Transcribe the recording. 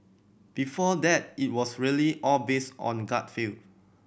before that it was really all based on gut feel